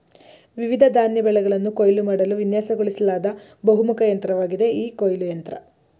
ವಿವಿಧ ಧಾನ್ಯ ಬೆಳೆಗಳನ್ನ ಕೊಯ್ಲು ಮಾಡಲು ವಿನ್ಯಾಸಗೊಳಿಸ್ಲಾದ ಬಹುಮುಖ ಯಂತ್ರವಾಗಿದೆ ಈ ಕೊಯ್ಲು ಯಂತ್ರ